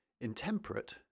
intemperate